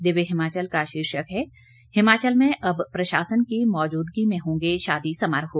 दिव्य हिमाचल का शीर्षक है हिमाचल में अब प्रशासन की मौजूदगी में होंगे शादी समारोह